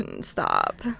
stop